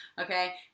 Okay